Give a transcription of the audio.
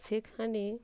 সেখানে